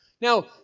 Now